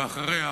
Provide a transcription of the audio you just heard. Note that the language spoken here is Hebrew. ואחריה